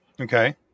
Okay